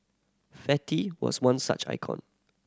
fatty was one such icon